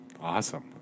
Awesome